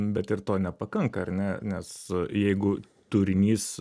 bet ir to nepakanka ar ne nes jeigu turinys